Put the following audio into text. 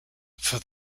for